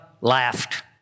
laughed